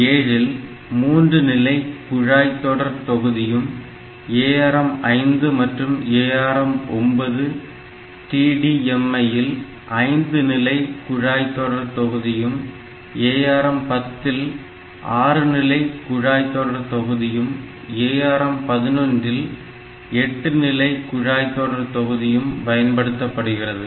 ARM7 இல் 3 நிலை குழாய் தொடர் தொகுதியும் ARM5 மற்றும் ARM9TDMI இல் 5 நிலை குழாய் தொடர் தொகுதியும் ARM10 இல் 6 நிலை குழாய் தொடர் தொகுதியும் ARM11 இல் 8 நிலை குழாய் தொடர் தொகுதியும் பயன்படுத்தப்படுகிறது